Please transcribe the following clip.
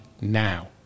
now